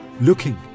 looking